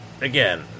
Again